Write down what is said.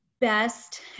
best